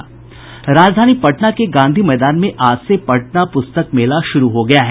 राजधानी पटना के गांधी मैदान में आज से पटना प्रस्तक मेला शुरू हो गया है